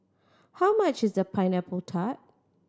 how much is Pineapple Tart